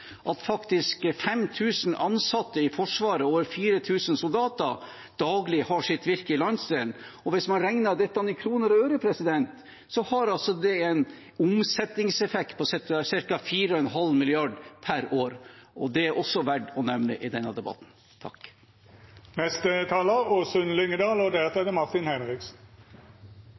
at faktisk 5 000 ansatte i Forsvaret og over 4 000 soldater daglig har sitt virke i landsdelen. Hvis man regner dette i kroner og øre, har det en omsetningseffekt på cirka 4,5 mrd. kr per år. Det er også verdt å nevne i denne debatten. En av utfordringene for Nord-Norge som jeg alltid har vært opptatt av, er